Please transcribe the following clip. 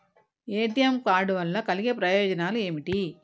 ATM card వల్ల కలిగే ప్రయోజనాలు ఏమిటి?